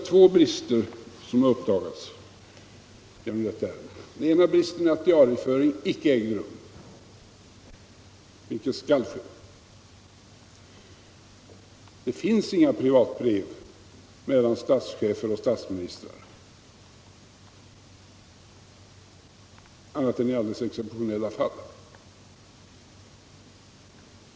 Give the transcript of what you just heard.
Två brister har alltså uppdagats genom detta ärende. Den ena bristen är att diarieföring inte har ägt rum, vilket skall ske. Det finns inga privatbrev mellan statschefer och statsministrar annat än i alldeles exceptionella fall.